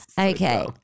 Okay